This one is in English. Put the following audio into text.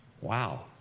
Wow